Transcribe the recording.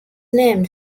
named